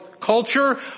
culture